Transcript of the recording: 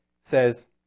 says